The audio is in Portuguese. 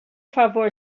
favor